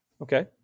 Okay